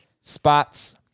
spots